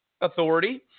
authority